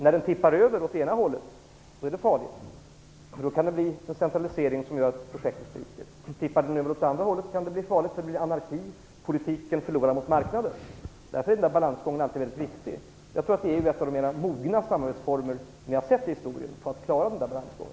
När den tippar över åt det ena hållet är det farligt. Då kan det bli en centralisering som gör att projektet spricker. Också om den tippar över åt det andra hållet kan det bli farligt, en sådan anarki att politiken förlorar mot marknaden. Därför är den här balansgången alltid mycket viktig. Jag tror att EU är en av de mest mogna samarbetsformer som har funnits i historien när det gäller att klara denna balansgång.